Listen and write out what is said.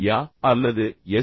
யா அல்லது எஸ்